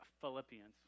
Philippians